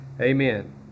Amen